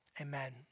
Amen